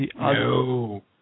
No